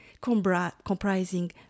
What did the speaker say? comprising